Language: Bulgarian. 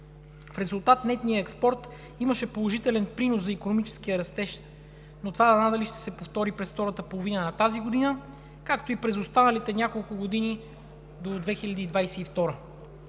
В резултат нетният експорт имаше положителен принос за икономическия растеж, но това надали ще се повтори през втората половина на тази година, както и през останалите няколко години до 2022-а.